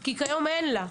כי כיום אין לה.